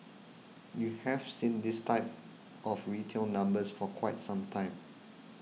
you have seen this type of retail numbers for quite some time